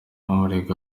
umurenge